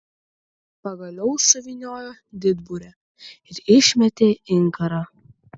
pagaliau suvyniojo didburę ir išmetė inkarą